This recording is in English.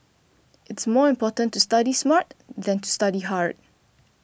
it is more important to study smart than to study hard